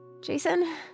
Jason